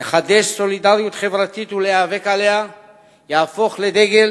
לחדש סולידריות חברתית ולהיאבק עליה יהפוך לדגל